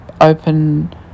open